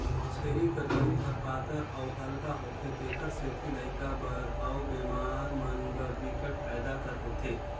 छेरी कर दूद ह पातर अउ हल्का होथे तेखर सेती लइका बर अउ बेमार मन बर बिकट फायदा कर होथे